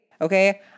Okay